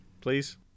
Please